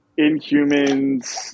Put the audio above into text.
Inhumans